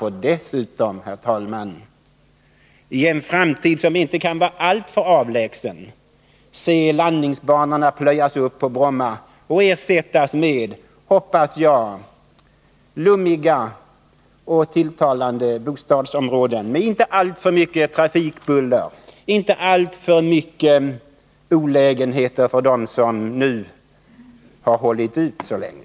Men dessutom, herr talman, får Oskar Lindkvist i en framtid som inte kan vara alltför avlägsen se landningsbanorna på Bromma plöjas upp och ersättas med, hoppas jag, lummiga och tilltalande bostadsområden med inte alltför mycket trafikbuller eller andra olägenheter för dem som nu har hållit ut så länge.